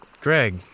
Greg